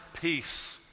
peace